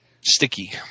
sticky